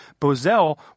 Bozell